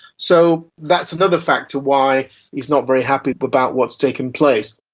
so that's another factor why he is not very happy but about what's taken place.